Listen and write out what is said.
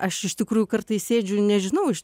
aš iš tikrųjų kartais sėdžiu nežinau